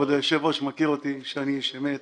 כבוד היושב-ראש מכיר אותי שאני איש אמת,